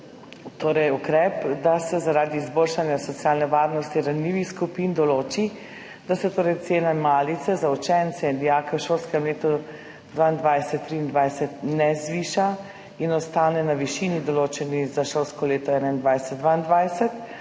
ukrep, da se zaradi izboljšanja socialne varnosti ranljivih skupin določi, da se cene malice za učence in dijake v šolskem letu 2022/2023 ne zviša in ostane na višini določeni za šolsko leto 2021/2022